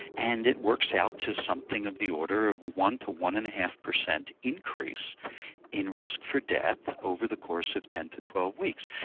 and it works out to something of the order of one to one-and-a-half per cent increase in risk for death over the course of ten to twelve weeks.